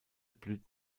blüht